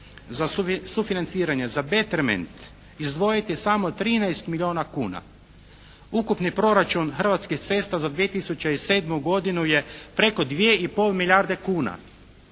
za sufinanciranje, za "Beterment" izdvojiti samo 13 milijuna kuna. Ukupni proračun Hrvatskih cesta za 2007. godinu je preko 2 i pol milijarde kuna.